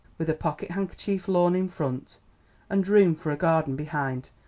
with a pocket-handkerchief lawn in front and room for a garden behind,